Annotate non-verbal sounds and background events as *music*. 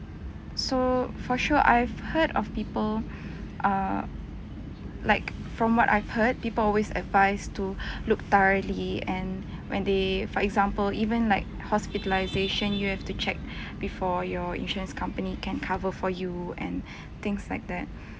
so for sure I've heard of people err like from what I've heard people always advise to *breath* look thoroughly and when they for example even like hospitalisation you have to check *breath* before your insurance company can cover for you and *breath* things like that